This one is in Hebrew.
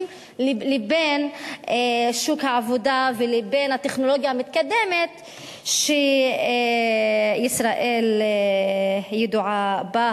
לבין שוק העבודה ולבין הטכנולוגיה המתקדמת שישראל ידועה בה,